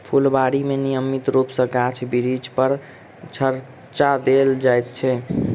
फूलबाड़ी मे नियमित रूप सॅ गाछ बिरिछ पर छङच्चा देल जाइत छै